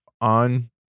on